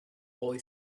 boy